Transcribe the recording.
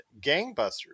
gangbusters